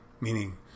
meaning